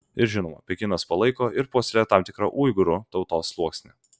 ir žinoma pekinas palaiko ir puoselėja tam tikrą uigūrų tautos sluoksnį